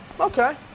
okay